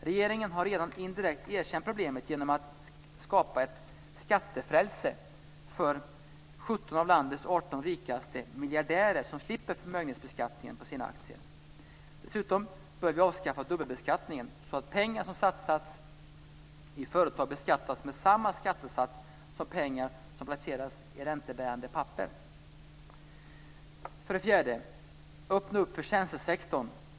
Regeringen har redan indirekt erkänt problemet genom att skapa ett skattefrälse för 17 av landets 18 rikaste miljardärer som slipper förmögenhetsskatt på sina aktier. Dessutom bör vi avskaffa dubbelbeskattningen, så att pengar som satsats i företag beskattas med samma skattesats som pengar som placeras i räntebärande papper. För det femte: Öppna upp för tjänstesektorn.